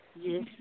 Yes